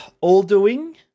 all-doing